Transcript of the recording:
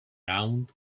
round